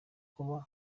kuba